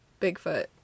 Bigfoot